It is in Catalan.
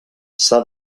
s’ha